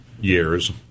years